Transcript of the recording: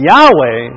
Yahweh